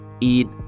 eat